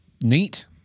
neat